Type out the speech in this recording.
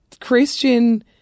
Christian